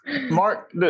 Mark